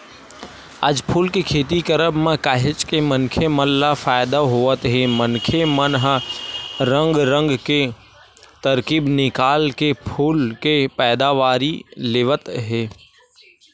आज फूल के खेती करब म काहेच के मनखे मन ल फायदा होवत हे मनखे मन ह रंग रंग के तरकीब निकाल के फूल के पैदावारी लेवत हे